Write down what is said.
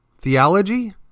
theology